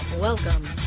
Welcome